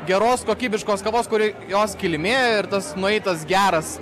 geros kokybiškos kavos kuri jos kilmė ir tas nueitas geras